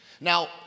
Now